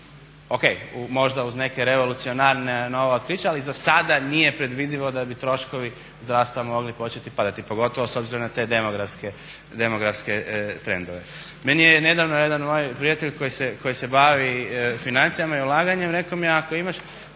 O.K. možda uz neke revolucionarna nova otkrića ali za sada nije predvidivo da bi troškovi zdravstva mogli početi padati pogotovo s obzirom na te demografske trendove. Meni je nedavno jedan moj prijatelj koji se bavi financijama i ulaganjem rekao mi je ako imaš,